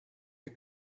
you